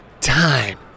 time